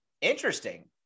Interesting